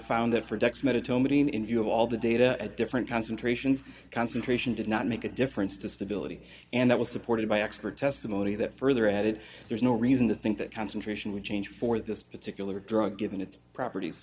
found that for ducks meditating in view of all the data at different concentrations concentration did not make a difference to stability and that was supported by expert testimony that further added there's no reason to think that concentration would change for this particular drug given its properties